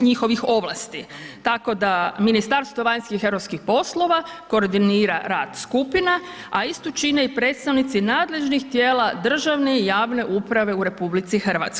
njihovih ovlasti, tako da Ministarstvo vanjskih i europskih poslova koordinira rada skupine, a istu čine i predstavnici nadležnih tijela, državne i javne uprave u RH.